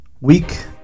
Week